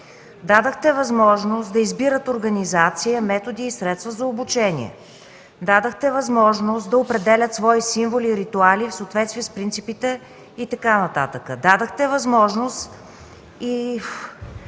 Дадохте възможност да избират организация, методи и средства за обучение. Дадохте възможност да определят свои символи и ритуали в съответствие с принципите и така нататък. Дадохте възможност на